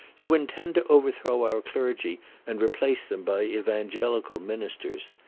you intend to overthrow our clergy and replace them by evangelical ministers.